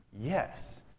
yes